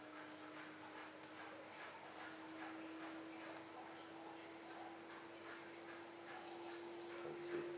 I see